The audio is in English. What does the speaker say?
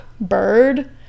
bird